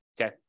Okay